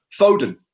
Foden